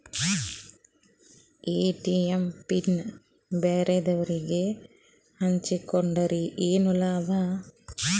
ATM PIN ಬ್ಯಾರೆದವರಗೆ ಹಂಚಿಕೊಂಡರೆ ಏನು ಲಾಭ?